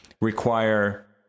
require